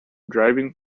driving